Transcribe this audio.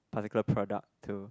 particular product to